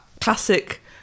classic